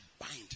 bind